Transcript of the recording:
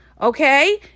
okay